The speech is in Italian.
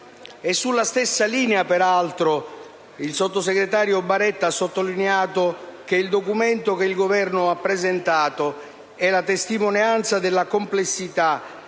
Sulla stessa linea, peraltro, il sottosegretario Baretta ha sottolineato che il documento che il Governo ha presentato è la testimonianza della complessità